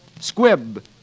Squib